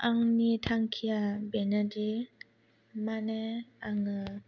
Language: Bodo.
आंनि थांखिया बेनोदि माने आङो